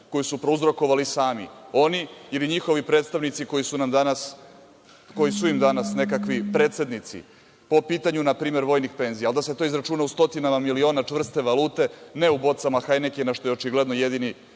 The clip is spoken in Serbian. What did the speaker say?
koju su prouzrokovali sami oni ili njihovi predstavnici koji su im danas nekakvi predsednici po pitanju npr. vojnih penzija, ali da se to izračuna u stotinama miliona čvrste valute, a ne u bocama „Hajnikena“, što je očigledno jedini